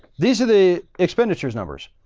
these are the expenditures numbers.